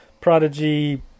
Prodigy